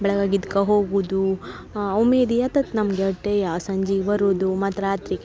ಬೆಳ್ಗಾಗೆದ್ಕ ಹೋಗುದು ಒಮ್ಮೆ ನಮಗೆ ಅಟ್ಟೆಯಾ ಸಂಜಿಗೆ ಬರುದು ಮತ್ತು ರಾತ್ರಿ